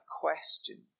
questions